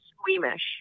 squeamish